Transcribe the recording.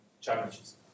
challenges